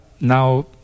now